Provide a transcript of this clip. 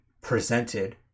presented